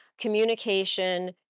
communication